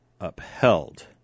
upheld